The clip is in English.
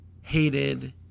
hated